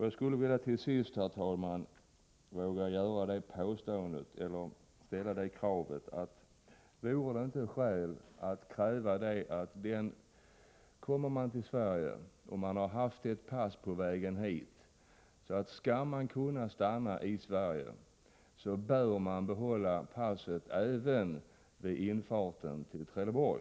Jag skulle till sist, herr talman, vilja ställa följande krav: Kommer man till Sverige och har man haft ett pass på vägen hit skall man, för att få stanna, behålla passet även vid infarten till Trelleborg.